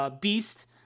Beast